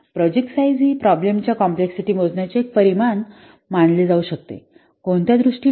project size हि प्रोब्लेमच्या complexity मोजण्याचे एक परिमाण मानले जाऊ शकते कोणत्या दृष्टीने